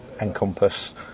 encompass